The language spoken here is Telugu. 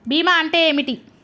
బీమా అంటే ఏమిటి?